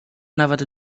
nawet